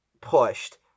pushed